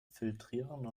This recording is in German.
filtrieren